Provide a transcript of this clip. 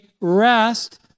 rest